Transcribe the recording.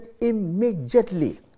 immediately